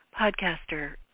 podcaster